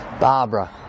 Barbara